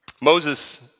Moses